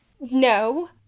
No